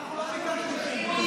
אנחנו לא ביקשנו שמית.